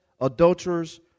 adulterers